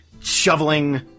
shoveling